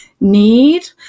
need